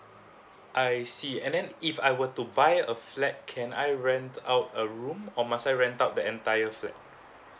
I see and then if I were to buy a flat can I rent out a room or must I rent out the entire flat